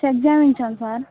check చేయించాం sir